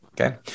okay